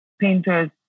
painters